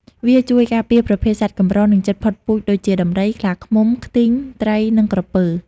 វាជួយការពារប្រភេទសត្វកម្រ និងជិតផុតពូជដូចជា ដំរី ខ្លាឃ្មុំ ខ្ទីង ត្រីនិងក្រពើ។